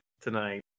tonight